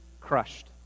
crushed